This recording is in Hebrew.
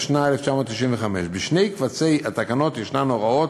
התשנ"ה 1995. בשני קובצי התקנות יש הוראות